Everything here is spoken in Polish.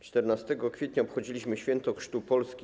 14 kwietnia obchodziliśmy Święto Chrztu Polski.